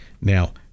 now